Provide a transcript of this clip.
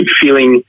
feeling